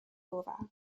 over